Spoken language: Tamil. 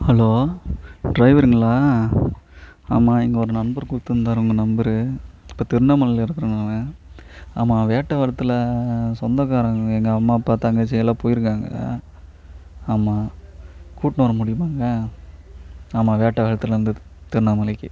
ஹலோ ட்ரைவருங்களா ஆமாம் இங்கே ஒரு நண்பர் கொடுத்துருந்தாரு உங்கள் நம்பரு இப்போ திருவண்ணாமலையில் இருக்கிறேன் நான் ஆமாம் வேட்டவரத்தில் சொந்தக்காரங்க எங்கள் அம்மா அப்பா தங்கச்சி எல்லாம் போயிருக்காங்க அங்கே ஆமாம் கூப்பிட்னு வரமுடியுமாங்க ஆமாம் வேட்டவரத்துலிருந்து திருவண்ணாமலைக்கு